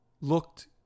looked